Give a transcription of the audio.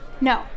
No